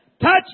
Touch